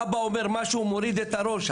אבא אומר משהו, הוא מוריד את הראש.